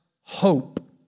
hope